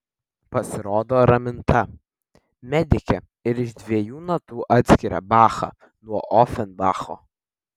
pasirodo raminta medikė ir iš dviejų natų atskiria bachą nuo ofenbacho